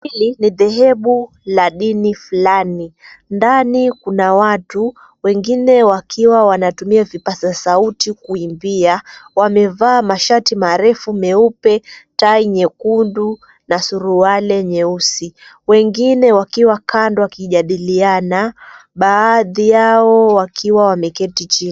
Hili ni dhehebu la dini fulani, ndani kuna watu, wengine wakiwa wanatumia vipasa sauti kuimbia. Wamevaa mashati marefu meupe, tai nyekundu, na suruali nyeusi, wengine wakiwa kando wakijadiliana, baadhi yao wakiwa wameketi chini.